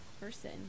person